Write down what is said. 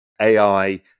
AI